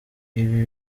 ibi